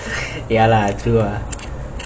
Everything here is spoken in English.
ya lah true ah